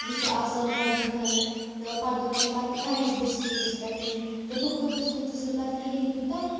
یہِ چھُ آسان گۄڈٕنٮ۪تَھ تہٕ پَتہٕ دوٛپ مےٚ پَتہٕ گٔیَس بہٕ سِٹیجَس پٮ۪ٹھ تہٕ بہٕ کھوژٕس ووژٕس نہٕ پَتہٕ کِہیٖنۍ تیوتاہ